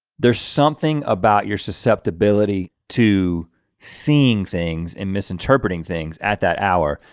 there's something about your susceptibility to seeing things and misinterpreting things at that hour,